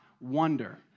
wonder